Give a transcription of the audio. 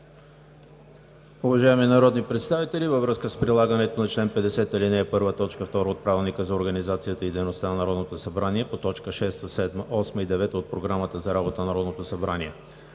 Уважаеми народни представители, във връзка с прилагането на чл. 50, ал. 1, т. 2 от Правилника за организацията и дейността на Народното събрание по точки 6, 7, 8 и 9 от Програмата за работа на Народното събрание